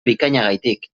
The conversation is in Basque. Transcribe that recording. bikainagatik